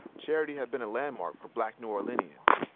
charity had been a landmark for black new orleanians.